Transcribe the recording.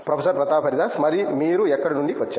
professor Pratap Haridas మరి మీరు ఎక్కడ నుండి వచ్చారు